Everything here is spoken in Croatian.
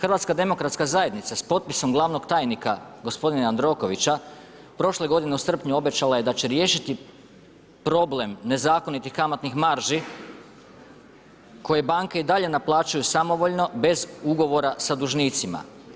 HDZ s potpisom glavnog tajnika gospodina Jandrokovića prošle godine u srpnju obećala je da će riješiti problem nezakonitih kamatnih marži koje banke i dalje naplaćuju samovoljno bez ugovora sa dužnicima.